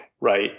right